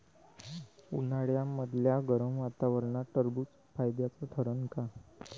उन्हाळ्यामदल्या गरम वातावरनात टरबुज फायद्याचं ठरन का?